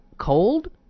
cold